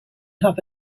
have